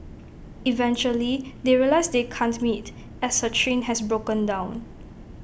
eventually they realise they can't meet as her train has broken down